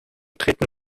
treten